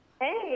Hey